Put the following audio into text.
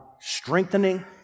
strengthening